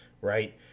right